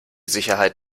sicherheit